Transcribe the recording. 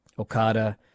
Okada